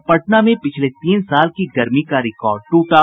और पटना में पिछले तीन साल की गर्मी का रिकॉर्ड टूटा